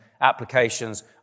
applications